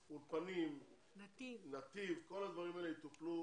אולפנים, "נתיב", מדענים - כל הדברים האלה יטופלו